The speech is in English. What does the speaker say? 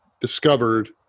discovered